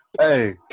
Hey